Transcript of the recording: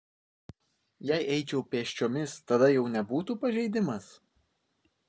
jei eičiau pėsčiomis tada jau nebūtų pažeidimas